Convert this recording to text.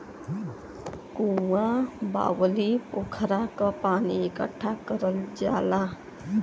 कुँआ, बाउली, पोखरा क पानी इकट्ठा करल जाला